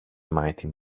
mighty